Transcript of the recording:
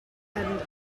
and